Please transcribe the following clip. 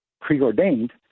preordained